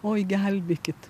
oi gelbėkit